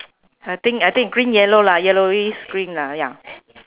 I think I think green yellow lah yellowish green lah ya